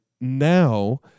now